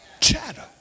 Chatter